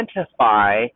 identify